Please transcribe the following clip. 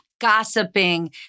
gossiping